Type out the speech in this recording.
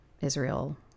israel